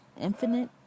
infinite